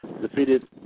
defeated